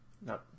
no